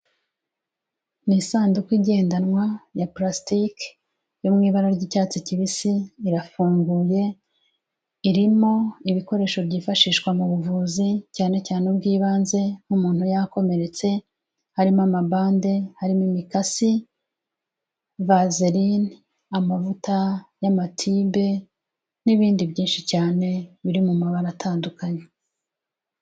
Ni isanduku igendanwa ya parasitiki yo mu ibara ry'icyatsi kibisi, irafunguye, irimo ibikoresho byifashishwa mu buvuzi cyane cyane ubw'ibanze nk'umuntu yakomeretse harimo amabande, harimo imikasi, vazeline, amavuta y'amatibe n'ibindi byinshi cyane biri mu mabara atandukanye.